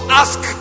ask